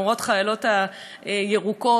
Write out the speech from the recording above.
על המורות-חיילות הירוקות.